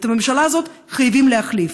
את הממשלה הזאת חייבים להחליף.